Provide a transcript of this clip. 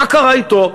מה קרה אתו?